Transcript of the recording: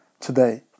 today